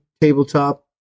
tabletop